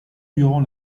durant